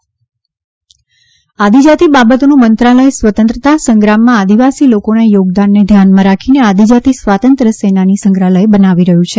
આદિજાતિ મ્યુઝિયમ આદિજાતિ બાબતોનું મંત્રાલય સ્વતંત્રતા સંગ્રામમાં આદિવાસી લોકોના યોગદાનને ધ્યાનમાં રાખીને આદિજાતિ સ્વાતંત્ર્ય સેનાની સંગ્રહાલય બનાવી રહ્યું છે